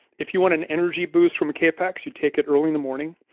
if you want an energy boost from capex, you take it early in the morning,